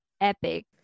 epic